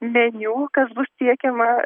meniu kas bus tiekiama